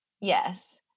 Yes